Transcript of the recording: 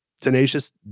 Tenacious